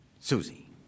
Susie